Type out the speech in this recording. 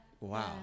Wow